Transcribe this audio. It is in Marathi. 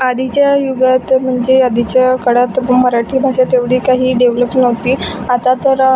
आधीच्या युगात म्हणजे आधीच्या काळात मराठी भाषा तेवढी काही डेव्हलप नव्हती आता तर